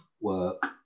work